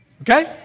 okay